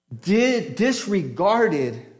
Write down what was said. disregarded